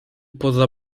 poza